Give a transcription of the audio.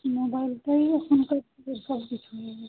মোবাইলটাই এখনকার ছেলের সব কিছু হয়ে গেছে